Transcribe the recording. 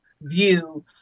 view